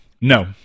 No